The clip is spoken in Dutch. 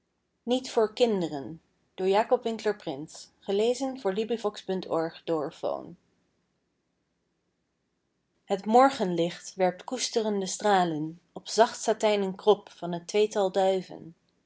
niet voor kinderen het morgenlicht werpt koesterende stralen op zacht satijnen krop van t tweetal duiven